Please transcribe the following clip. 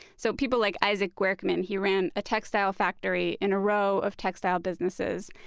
so people like isaac guercman, he ran a textile factory in a row of textile businesses.